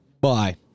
Bye